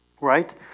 Right